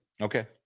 Okay